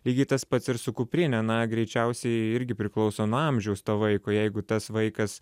lygiai tas pats ir su kuprine na greičiausiai irgi priklauso nuo amžiaus to vaiko jeigu tas vaikas